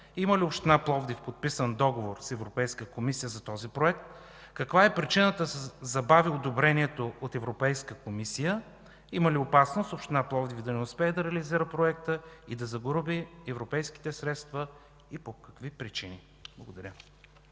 Има ли община Пловдив подписан договор с Европейската комисия за този проект? Каква е причината да се забави одобрението от Европейската комисия? Има ли опасност община Пловдив да не успее да реализира проекта и да загуби европейските средства, и по какви причини? Благодаря.